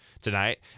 tonight